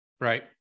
Right